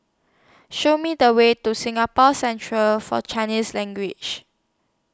Show Me The Way to Singapore Central For Chinese Language